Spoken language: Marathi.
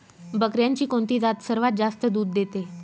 बकऱ्यांची कोणती जात सर्वात जास्त दूध देते?